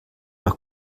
noch